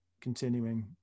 continuing